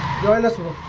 join us